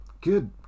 good